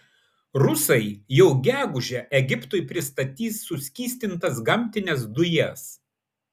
rusai jau gegužę egiptui pristatys suskystintas gamtines dujas